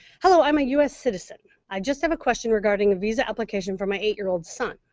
hello, i'm a u s. citizen. i just have a question regarding a visa application for my eight-year-old son.